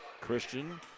Christian